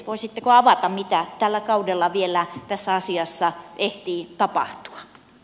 voisitteko avata mitä tällä kaudella vielä tässä asiassa ehtii tapahtua